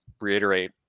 reiterate